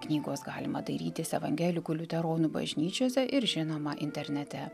knygos galima dairytis evangelikų liuteronų bažnyčiose ir žinoma internete